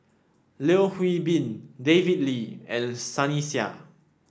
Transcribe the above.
Yeo Hwee Bin David Lee and Sunny Sia